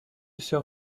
sœur